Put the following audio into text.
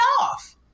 off